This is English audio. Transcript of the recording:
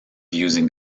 using